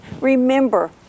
remember